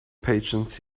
patience